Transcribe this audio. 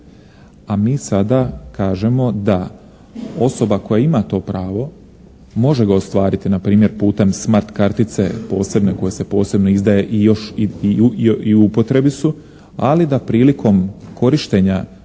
a mi sada kažemo da osoba koja ima to pravo može ga ostvariti npr. putem smart kartice posebne koja se posebno izdaje i u upotrebi su, ali da prilikom korištenja